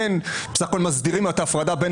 כאשר בסך הכול מסבירים את ההפרדה בין